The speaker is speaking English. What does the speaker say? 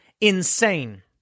insane